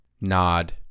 nod